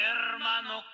Hermano